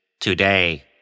Today